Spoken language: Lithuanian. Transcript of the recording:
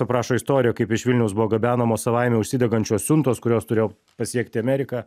aprašo istoriją kaip iš vilniaus buvo gabenamos savaime užsidegančios siuntos kurios turėjo pasiekti ameriką